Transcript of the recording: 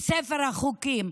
מספר החוקים.